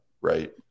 right